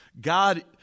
God